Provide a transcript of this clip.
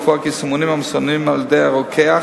לקבוע כי סימונים המסומנים על-ידי הרוקח